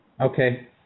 Okay